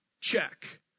check